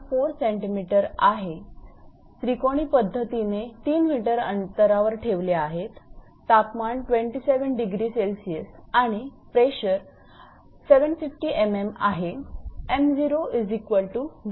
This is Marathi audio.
4 𝑐𝑚 आहे त्रिकोणी पद्धतीने 3 𝑚 अंतरावर ठेवले आहेततापमान 27° 𝐶 आणि प्रेशर 750 𝑚𝑚 आहे m00